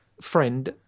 friend